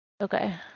Okay